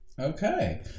okay